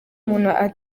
umuntu